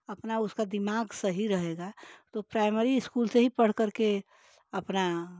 अपना उसका दिमाग सही रहेगा तो प्राइमरी स्कूल से ही पढ़कर के अपना